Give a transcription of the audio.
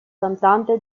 cantante